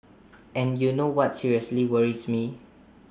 and you know what seriously worries me